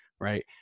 right